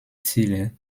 ziele